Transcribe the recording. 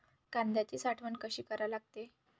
कांद्याची साठवन कसी करा लागते?